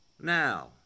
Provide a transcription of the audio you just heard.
Now